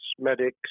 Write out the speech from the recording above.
medics